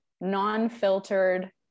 non-filtered